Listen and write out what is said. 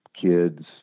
kids